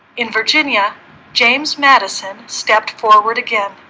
in virginia james madison stepped forward again